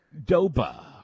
Doba